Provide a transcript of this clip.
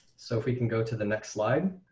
so if we can go to the next slide.